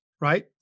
right